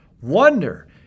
wonder